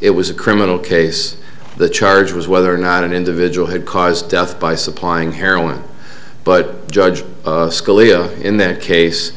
it was a criminal case the charge was whether or not an individual had caused death by supplying heroin but judge scalia in that case